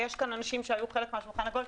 ויש כאן אנשים שהיו חלק מן השולחן העגול,